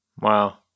Wow